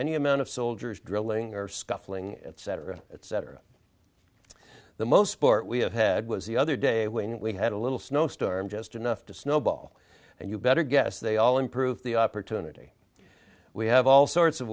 any amount of soldiers drilling or scuffling etc etc the most sport we have had was the other day when we had a little snowstorm just enough to snowball and you better guess they all improve the opportunity we have all sorts of